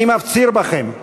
אני מפציר בכם: